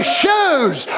shoes